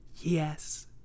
yes